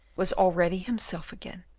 was already himself again.